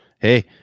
Hey